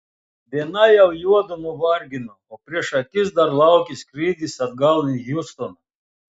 diena jau juodu nuvargino o prieš akis dar laukė skrydis atgal į hjustoną